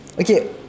Okay